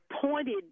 pointed